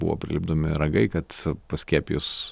buvo prilipdomi ragai kad paskiepijus